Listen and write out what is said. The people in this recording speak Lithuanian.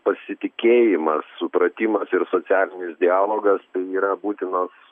pasitikėjimas supratimas ir socialinis dialogas tai yra būtinos